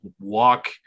walk